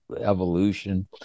evolution